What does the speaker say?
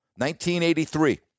1983